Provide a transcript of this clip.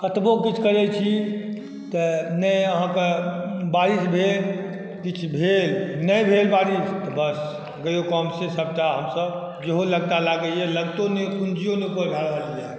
कतबो किछु करै छी तऽ नहि आहाँके बारिश भेल किछु भेल नहि भेल बारिश तऽ बस गयो काम से सबटा हमसब जेहो लगता लागैया लागतो नहि पूंजियो नहि ऊपर भए रहल अछि